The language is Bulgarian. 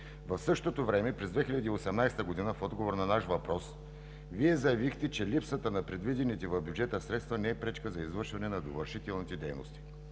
В същото време през 2018 г. в отговор на наш въпрос Вие заявихте, че липсата на предвидените в бюджета средства не е пречка за извършване на довършителните дейности.